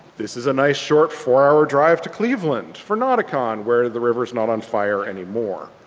this is a nice short four hour drive to cleveland. for nauticon where the river's not on fire anymore.